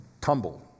tumble